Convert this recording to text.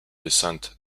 descent